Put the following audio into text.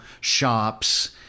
shops